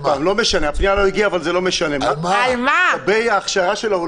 העצורים להמשך דיונים על הארכת מעצר - זו המשמעות.